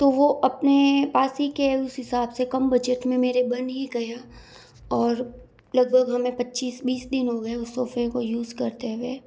तो वो अपने पास ही के है उस हिसाब से कम बजट में मेरे बन ही गया और लगभग हमें पच्चीस बीस दिन हो गए उस सोफ़े को यूज़ करते हुए